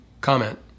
comment